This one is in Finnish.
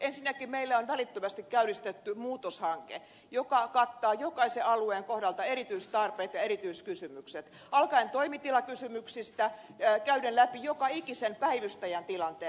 ensinnäkin meillä on välittömästi käynnistetty muutoshanke joka kattaa jokaisen alueen kohdalta erityistarpeet ja erityiskysymykset alkaen toimitilakysymyksistä ja käyden läpi joka ikisen päivystäjän tilanteen